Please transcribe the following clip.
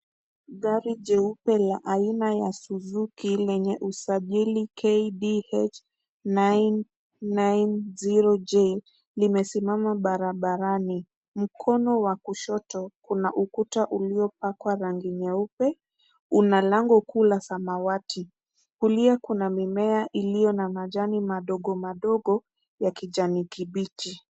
Gari jeupe la aina ya suzuki lenye usajili KDH 990J limesimama barabarani. Mkono wa kushoto kuna ukuta uliopakwa rangi nyeupe, una lango kuu la samawati. Kulia kuna mimea iliyo na majani madogo madogo ya kijani kibichi.